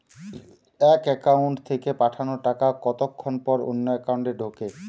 এক একাউন্ট থেকে পাঠানো টাকা কতক্ষন পর অন্য একাউন্টে ঢোকে?